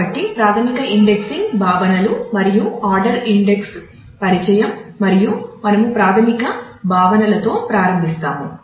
కాబట్టి ప్రాథమిక ఇండెక్సింగ్ ఇండెక్స్ల పరిచయం మరియు మనము ప్రాథమిక భావనలతో ప్రారంభిస్తాము